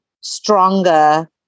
stronger